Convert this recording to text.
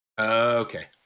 okay